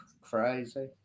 crazy